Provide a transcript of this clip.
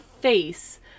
face